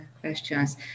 questions